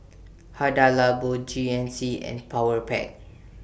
Hada Labo G N C and Powerpac